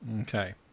Okay